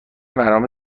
برنامه